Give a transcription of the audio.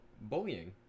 bullying